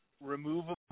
removable